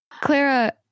Clara